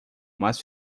mas